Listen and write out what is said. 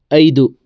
ಐದು